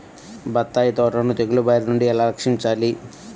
బత్తాయి తోటను తెగులు బారి నుండి ఎలా రక్షించాలి?